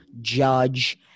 Judge